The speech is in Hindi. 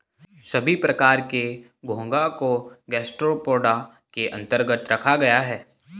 सभी प्रकार के घोंघा को गैस्ट्रोपोडा के अन्तर्गत रखा गया है